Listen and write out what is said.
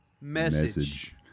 Message